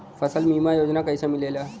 फसल बीमा योजना कैसे मिलेला?